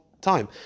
time